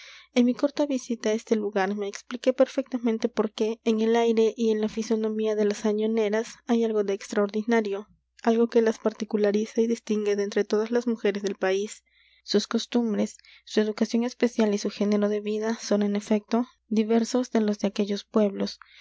en mi corta visita á este lugar me expliqué perfectamente por qué en el aire y en la fisonomía de las añoneras hay algo de extraordinario algo que las particulariza y distingue de entre todas las mujeres del país sus costumbres su educación especial y su género de vida son en efecto diversos de los de aquellos pueblos